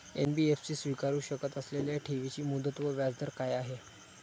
NBFC स्वीकारु शकत असलेल्या ठेवीची मुदत व व्याजदर काय आहे?